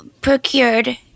procured